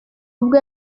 ubwo